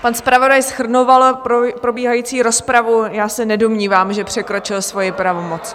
Pan zpravodaj shrnoval probíhající rozpravu, já se nedomnívám, že překročil svoji pravomoc.